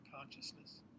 consciousness